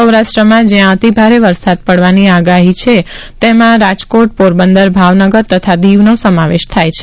સૌરાષ્ટ્રમાં જ્યાં અતિ ભારે વરસાદ પડવાની આગાહી છે તેમાં રાજકોટ પોરબંદર ભાવનગર તથા દિવનો સમાવેશ થાય છે